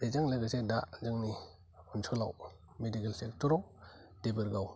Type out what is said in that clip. बेजों लोगोसे दा जोंनि ओनसोलआव मेडिकेल सेक्टर आव देबरगाव